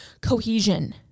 cohesion